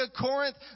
Corinth